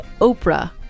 Oprah